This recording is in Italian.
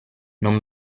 non